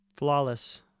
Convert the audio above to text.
Flawless